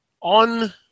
on